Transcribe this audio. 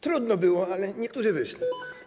Trudno było, ale niektórzy wyszli.